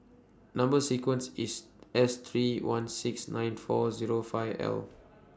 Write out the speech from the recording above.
Number sequence IS S three one six nine four Zero five L